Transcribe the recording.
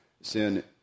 sin